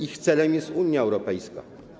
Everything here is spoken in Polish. Ich celem jest Unia Europejska.